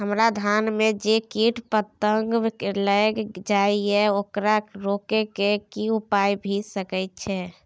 हमरा धान में जे कीट पतंग लैग जाय ये ओकरा रोके के कि उपाय भी सके छै?